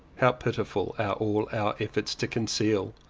how pitiful are all our efforts to conceal,